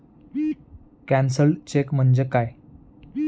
Cancelled cheque म्हणजे काय?